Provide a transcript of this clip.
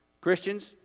Christians